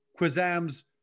Quizam's